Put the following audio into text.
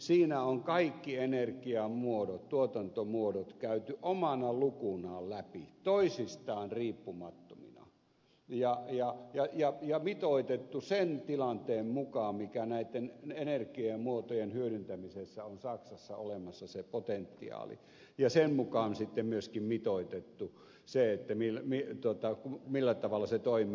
siinä on kaikki energiamuodot tuotantomuodot käyty omana lukunaan läpi toisistaan riippumattomina ja mitoitettu sen tilanteen mukaan mikä näitten energiamuotojen hyödyntämisessä on saksassa se potentiaali ja sen mukaan sitten myöskin mitoitettu se millä tavalla se toimii